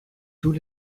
tous